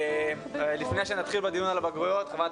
לפני שנתחיל בדיון על הבגרויות חברת